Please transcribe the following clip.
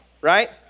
right